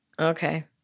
Okay